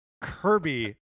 Kirby